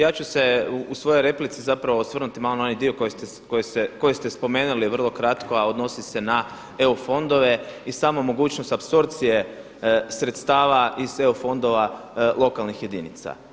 Ja ću se u svojoj replici zapravo osvrnuti na onaj dio koji ste spomenuli vrlo kratko a odnosi se na eu fondove i samo mogućnost apsorpcije sredstava iz EU fondova lokalnih jedinica.